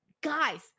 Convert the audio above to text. guys